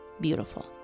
beautiful